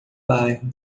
bairro